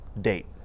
date